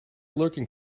lurking